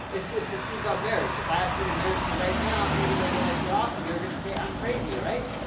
just just think about marriage. if i asked you to marry me right now, even though you're like, you're awesome, you're gonna say i'm crazy, right?